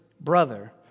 brother